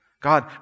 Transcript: God